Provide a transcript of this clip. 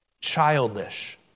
Childish